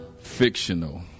Fictional